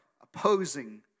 opposing